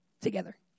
together